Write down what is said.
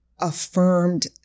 affirmed